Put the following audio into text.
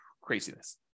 Craziness